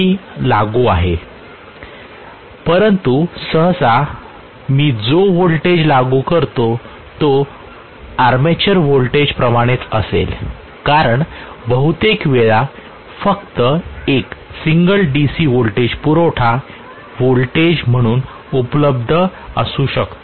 मी लागू आहे परंतु सहसा मी जो व्होल्टेज लागू करतो तो आर्मेचर व्होल्टेज प्रमाणेच असेल कारण बहुतेक वेळा फक्त एक सिंगल डीसी व्होल्टेज पुरवठा व्होल्टेज म्हणून उपलब्ध असू शकतो